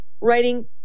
writing